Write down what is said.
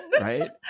right